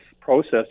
process